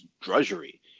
drudgery